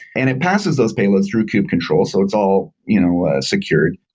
and it passes those payloads through kube control. so it's all you know ah secured.